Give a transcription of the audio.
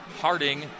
Harding